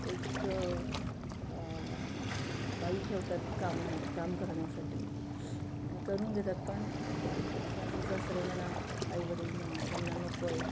एक बाई ठेवतात कामण्या काम करण्यासाठी आणि करून घेतात पण सासू सासरे म्हणा आई वडील म्हणा त्यांना नको आहे